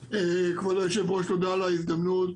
כבוד היושב ראש, תודה על ההזדמנות